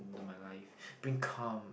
in my life bring calm